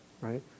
right